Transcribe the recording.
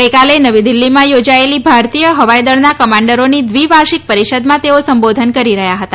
ગઇકાલે નવી દિલ્હીમાં યોજાયેલી ભારતીય હવાઈ દળના કમાન્ડરોની દ્વિવાર્ષિક પરિષદમાં તેઓ સંબોધન કરી રહ્યા હતા